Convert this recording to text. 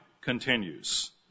continues